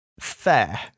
fair